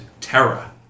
Terra